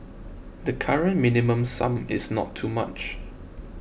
the current Minimum Sum is not too much